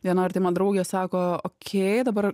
viena artima draugė sako okei dabar